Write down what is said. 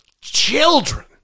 children